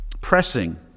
pressing